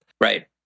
Right